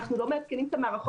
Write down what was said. אנחנו לא מעדכנים את המערכות.